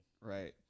Right